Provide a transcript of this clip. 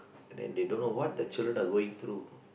and then they don't know what the children are going through